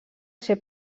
ser